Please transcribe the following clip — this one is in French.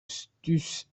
stucs